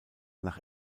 nach